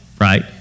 Right